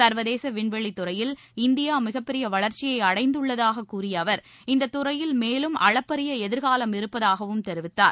சர்வதேச விண்வெளி துறையில் இந்தியா மிகப்பெரிய வளர்ச்சியை அடைந்துள்ளதாக கூறிய அவர் இந்த துறையில் மேலும் அளப்பரிய எதிர்காலம் இருப்பதாகவும் தெரிவித்தார்